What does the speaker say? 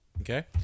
Okay